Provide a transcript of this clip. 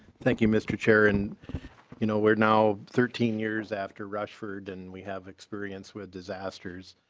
thank you mister chair and you know we're now. thirteen years after rushford and we have experience with disasters.